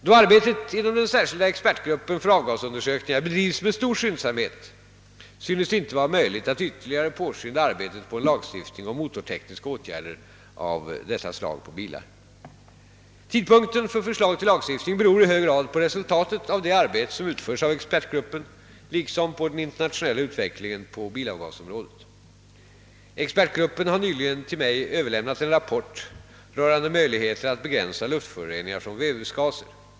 Då arbetet inom den särskilda expertgruppen för avgasundersökningar bedrivs med stor skyndsamhet synes det inte vara möjligt att ytterligare påskynda arbetet på en lagstiftning om motortekniska åtgärder av ifrågavarande slag på bilar. Tidpunkten för förslag till lagstiftning beror i hög grad på resultatet av det arbete som utförs av ex pertgruppen liksom på den internationella utvecklingen på bilavgasområdet. Expertgruppen har nyligen till mig överlämnat en rapport rörande möjligheter att begränsa luftföroreningar från vevhusgaser.